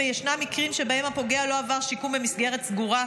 וישנם מקרים שבהם הפוגע לא עבר שיקום במסגרת סגורה,